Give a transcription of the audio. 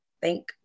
Thank